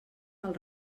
del